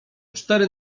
cztery